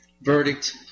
verdict